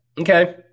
Okay